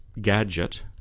gadget